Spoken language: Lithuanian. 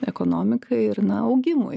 ekonomikai ir na augimui